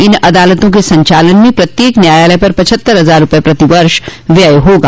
इन अदालतों के संचालन में प्रत्येक न्यायालय पर पचहत्तर लाख रूपये प्रति वर्ष व्यय होगा